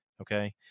okay